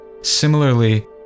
Similarly